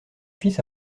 fils